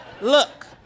look